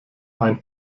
ein